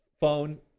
phone